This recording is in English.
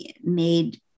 made